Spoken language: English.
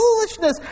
foolishness